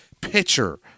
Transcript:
pitcher